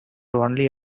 only